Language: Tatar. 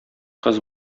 кыз